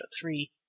three